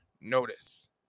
notice